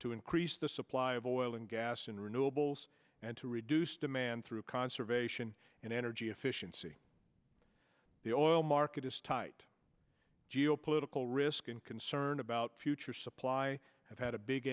to increase the supply of oil and gas in renewables and to reduce demand through conservation and energy efficiency the oil market is tight geopolitical risk and concerned about future supply have had a big